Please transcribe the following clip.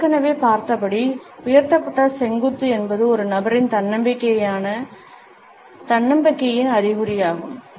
நாம் ஏற்கனவே பார்த்தபடி உயர்த்தப்பட்ட செங்குத்து என்பது ஒரு நபரின் தன்னம்பிக்கையின் அறிகுறியாகும்